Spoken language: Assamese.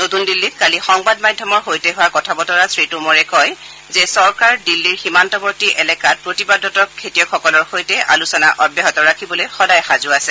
নতুন দিল্লীত কালি সংবাদ মাধ্যমৰ সৈতে হোৱা কথা বতৰাত শ্ৰীটোমৰে কয় যে চৰকাৰ দিল্লীৰ সীমান্তৱৰ্তী এলেকাত প্ৰতিবাদৰত খেতিয়কসকলৰ সৈতে আলোচনা অব্যাহত ৰাখিবলৈ সদায় সাজু আছে